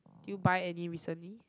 did you buy any recently